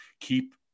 keep